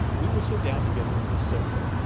we will sit down together on this sofa,